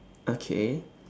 okay